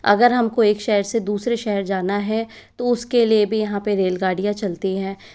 अगर हमको एक शहर से दूसरे शहर जाना है तो उसके लिए भी यहाँ पर रेल गाड़ियाँ चलती हैं